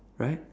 right